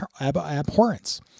abhorrence